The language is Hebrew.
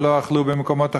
ולא אכלו במקומות אחרים,